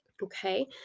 Okay